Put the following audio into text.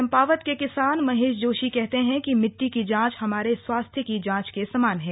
चंपावत के किसान महेश जोशी कहते हैं कि मिट्टी की जाँच हमारे स्वास्थ्य की जांच के समान है